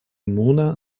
муна